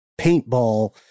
paintball